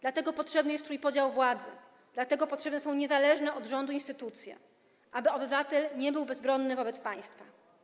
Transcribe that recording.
Dlatego potrzebny jest trójpodział władzy, dlatego potrzebne są niezależne od rządu instytucje, aby obywatel nie był bezbronny wobec państwa.